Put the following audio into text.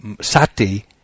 sati